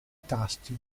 tasti